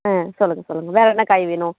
ஆ சொல்லுங்கள் சொல்லுங்கள் வேறு என்ன காய் வேணும்